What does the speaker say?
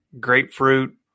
grapefruit